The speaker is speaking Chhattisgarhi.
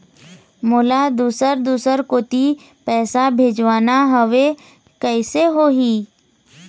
मोला दुसर दूसर कोती पैसा भेजवाना हवे, कइसे होही?